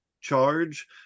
charge